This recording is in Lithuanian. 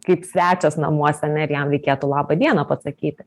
kaip svečias namuose ane ir jam reikėtų labą dieną pasakyti